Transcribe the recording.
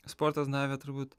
sportas davė turbūt